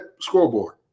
Scoreboard